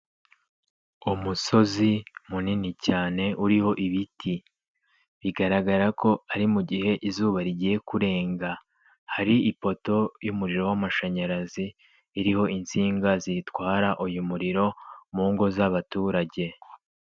Umusozi munini cyane uriho ibiti, bigaragara ko ari mu gihe izuba rigiye kurenga, hari ipoto y'umuriro w'amashanyarazi iriho insinga zitwara uyu muriro mu ngo z'abaturage.